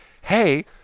hey